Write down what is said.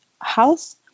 house